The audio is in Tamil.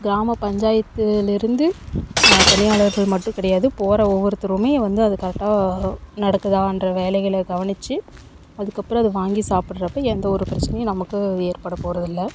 கிராம பஞ்சாயத்தில் இருந்து பணியாளர்கள் மட்டும் கிடையாது போகற ஒவ்வொருத்தருமே வந்து அது கரெக்டாக நடத்துதா அன்ற வேலைகளை கவனிச்சு அதுக்கப்புறோம் அது வாங்கி சாப்பிட்றப்ப எந்த ஒரு பிரச்சனையும் நமக்கு ஏற்பட போறதில்லை